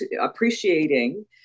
appreciating